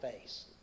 face